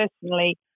personally